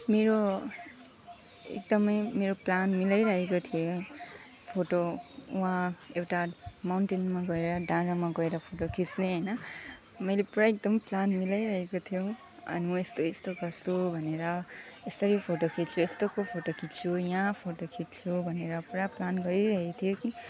मेरो एकदमै मेरो प्लान मिलाइरहेको थिएँ फोटो वहाँ एउटा माउन्टेनमा गएर डाँडामा गएर फोटो खिच्ने होइन मैले पुरा एकदम प्लान मिलाइरहेको थिएँ अनि म यस्तो यस्तो गर्छु भनेर यसरी फोटो खिच्छु यस्तोको फोटो खिच्छु यहाँ फोटो खिच्छु भनेर पुरा प्लान गरिरहेको थिएँ कि